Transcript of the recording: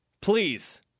Please